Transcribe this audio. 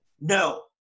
No